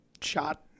Shot